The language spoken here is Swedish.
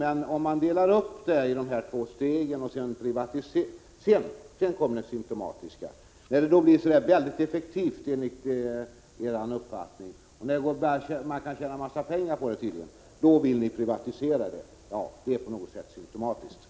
Men om man delar upp den i dessa två steg, så blir det hela väldigt effektivt enligt er uppfattning, och det går tydligen att tjäna en massa pengar. Det är symtomatiskt att ni då vill privatisera verksamheten.